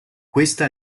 questa